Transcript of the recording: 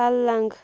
پلنٛگ